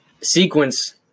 sequence